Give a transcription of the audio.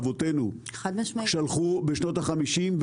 אבותינו שלחו בשנות ה-50,